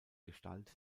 gestalt